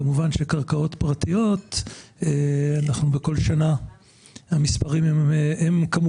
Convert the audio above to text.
כמובן שלגבי קרקעות פרטיות המספרים הם אחרים,